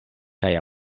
kaj